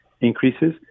increases